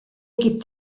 gibt